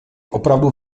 opravdu